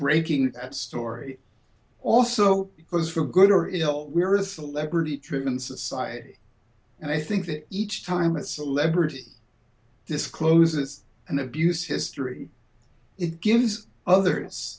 breaking that story also because for good or ill we're a celebrity driven society and i think that each time a celebrity discloses an abuse history it gives other